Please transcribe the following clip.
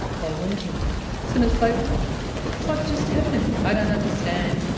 they weren't any and it's like what just happened? i don't understand.